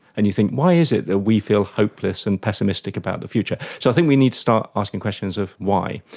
and you think why is it that we feel hopeless and pessimistic about the future. so i think we need to start asking questions of why,